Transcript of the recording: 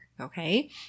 Okay